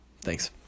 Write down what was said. Thanks